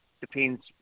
depends